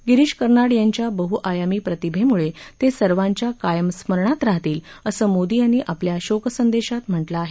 गिरीश कर्नाड यांच्या बहआयामी प्रतिभेम्ळे ते सर्वांच्या कायम स्मरणात राहतील असं मोदी यांनी आपल्या शोक संदेशात म्हटलं आहे